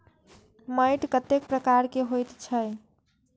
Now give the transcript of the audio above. मैंट कतेक प्रकार के होयत छै?